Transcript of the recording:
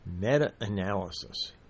meta-analysis